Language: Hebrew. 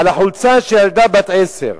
על חולצה של ילדה בת עשר.